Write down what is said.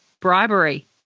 bribery